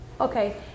Okay